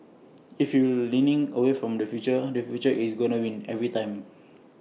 if you leaning away from the future the future is gonna win every time